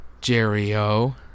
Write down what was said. Jerry-O